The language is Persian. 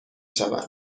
شوند